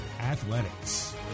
Athletics